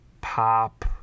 pop